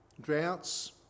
droughts